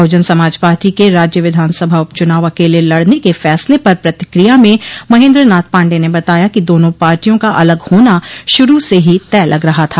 बहुजन Samaj party के राज्य विधानसभा उपचुनाव अकेले लड़ने के फैसले पर प्रतिक्रिया में महेन्द्र नाथ पांडेय ने बताया कि दोनों पार्टियों का अलग होना शुरू से ही तय लग रहा था